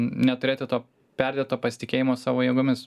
neturėti to perdėto pasitikėjimo savo jėgomis